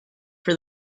for